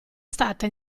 stata